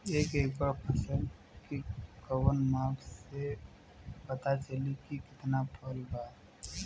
एक एकड़ फसल के कवन माप से पता चली की कितना फल बा?